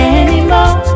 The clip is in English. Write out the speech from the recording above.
anymore